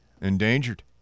Endangered